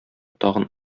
тагын